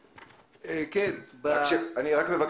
בבקשה.